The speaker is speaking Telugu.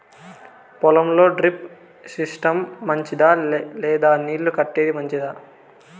పొలం లో డ్రిప్ సిస్టం మంచిదా లేదా నీళ్లు కట్టేది మంచిదా?